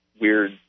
weird